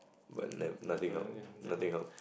but nut nothing help nothing help